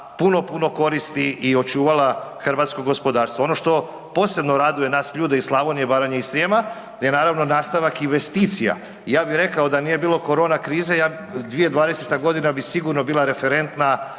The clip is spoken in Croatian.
puno, puno koristi i očuvala hrvatsko gospodarstvo. Ono što posebno raduje nas ljude iz Slavonije, Baranje i Srijema je naravno nastavak investicija. Ja bi rekao da nije bilo korona krize, 2020. g. bi sigurno bila referentna